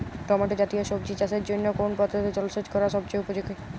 Tomato জাতীয় সবজি চাষের জন্য কোন পদ্ধতিতে জলসেচ করা সবচেয়ে উপযোগী?